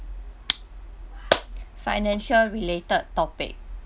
financial related topic